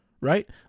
Right